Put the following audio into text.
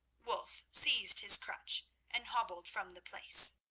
wulf seized his crutch and hobbled from the place.